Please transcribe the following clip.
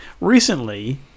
Recently